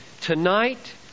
Tonight